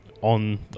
On